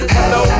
Hello